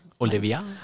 Olivia